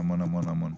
המון, המון, המון.